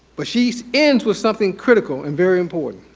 but she ends with something critical and very important.